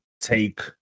take